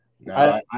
No